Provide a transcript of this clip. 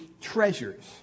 treasures